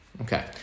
Okay